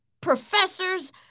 professors